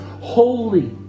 holy